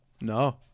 No